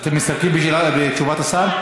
אתם מסתפקים בתשובת השר?